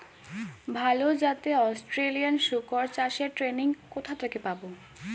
ভালো জাতে অস্ট্রেলিয়ান শুকর চাষের ট্রেনিং কোথা থেকে পাব?